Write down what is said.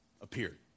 appeared